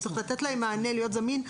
הוא צריך לתת להם מענה, להיות זמין.